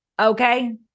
okay